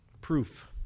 proof